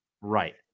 Right